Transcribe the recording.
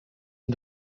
and